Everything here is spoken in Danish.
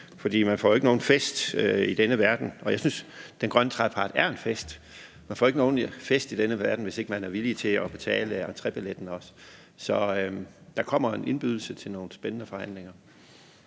for man får jo ikke nogen fest i denne verden – og jeg synes, den grønne trepart er en fest – hvis ikke man er villig til at betale for entrébilletten også. Så der kommer en indbydelse til nogle spændende forhandlinger.